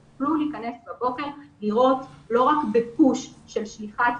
הם יוכלו להיכנס בבוקר ולראות לא רק ב-פוש של שליחת